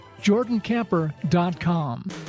jordancamper.com